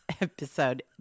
episode